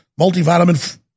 multivitamin